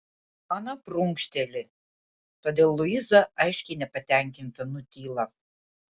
ana prunkšteli todėl luiza aiškiai nepatenkinta nutyla